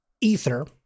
Ether